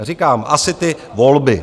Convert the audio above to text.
Říkám, asi ty volby.